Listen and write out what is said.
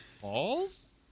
False